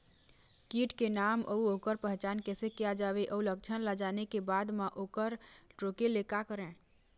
कीट के नाम अउ ओकर पहचान कैसे किया जावे अउ लक्षण ला जाने के बाद मा ओकर रोके ले का करें?